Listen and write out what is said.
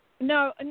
no